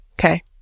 Okay